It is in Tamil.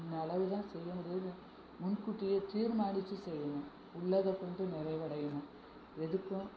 இந்த அளவுதான் செய்ய முடியுன்னு முன்கூட்டியே தீர்மானிச்சு செய்யணும் உள்ளதை கொடுத்து நிறைவடையணும் எதுக்கும்